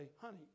Honey